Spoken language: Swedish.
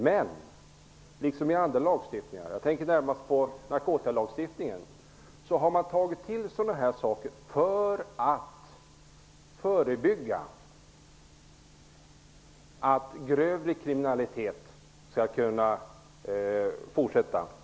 Men man har i annan lagstiftning -- jag tänker på narkotikalagstiftningen -- tagit till sådana här saker för att förebygga att grövre kriminalitet skall få fortsätta.